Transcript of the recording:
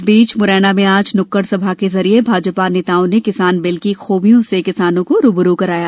इस बीच मुरैना में आज न्क्कड़ सभा के जरिए भाजपा नेताओं ने किसान बिल की खुबियों से किसानों को रूबरू कराया